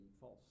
false